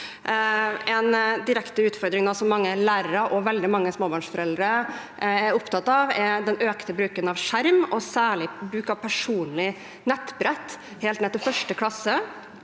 En direkte utfordring som mange lærere og veldig mange småbarnsforeldre nå er opptatt av, er den økte bruken av skjerm, og særlig bruken av personlig nettbrett, helt ned til 1. klasse.